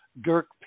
Dirk